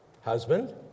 Husband